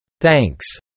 Thanks